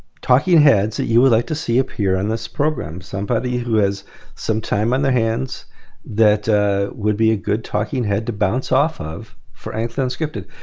talking heads that you would like to see appear on this program somebody who has some time on their hands that would be a good talking head to bounce off of for anglican and unscripted.